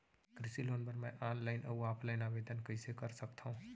कृषि लोन बर मैं ऑनलाइन अऊ ऑफलाइन आवेदन कइसे कर सकथव?